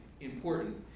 important